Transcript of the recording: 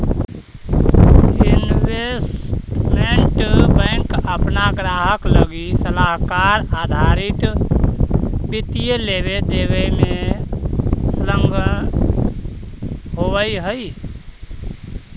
investment bank अपना ग्राहक लगी सलाहकार आधारित वित्तीय लेवे देवे में संलग्न होवऽ हई